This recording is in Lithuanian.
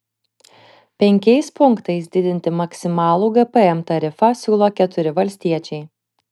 penkiais punktais didinti maksimalų gpm tarifą siūlo keturi valstiečiai